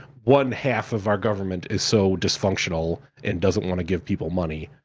one half of our government is so dysfunctional and doesn't wanna give people money.